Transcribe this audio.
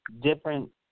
different